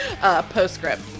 postscript